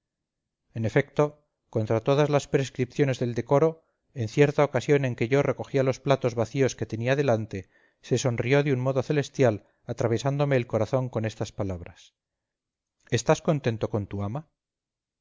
en efecto contra todas las prescripciones del decoro en cierta ocasión en que yo recogía los platos vacíos que tenía delante se sonrió de un modo celestial atravesándome el corazón con estas palabras estás contento con tu ama